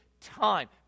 time